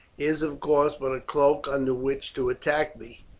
is of course but a cloak under which to attack me.